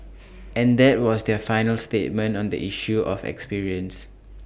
and that was their final statement on the issue of experience